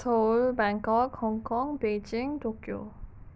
soul Bangkok Hong Kong ꯕꯩꯖꯤꯡ Tokyo